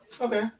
Okay